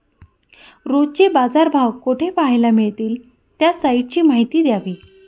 रोजचे बाजारभाव कोठे पहायला मिळतील? त्या साईटची माहिती द्यावी